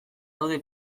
daude